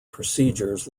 procedures